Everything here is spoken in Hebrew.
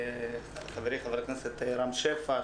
חברי חבר הכנסת רם שפע,